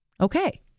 Okay